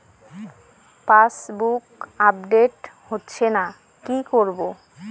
Passbook update হচ্ছেনা কি করবো?